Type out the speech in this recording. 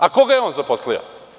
A koga je on zaposlio?